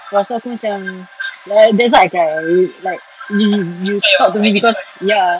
lepas tu aku macam that's why I cried like really you talk to me because ya